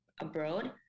abroad